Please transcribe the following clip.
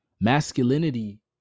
Masculinity